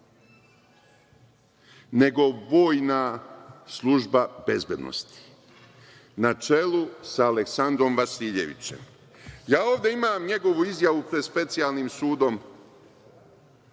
nego vojna služba bezbednosti na čelu sa Aleksandrom Vasiljevićem. Ja ovde imam njegovu izjavu pred Specijalnim sudom